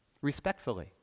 respectfully